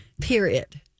Period